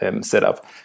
setup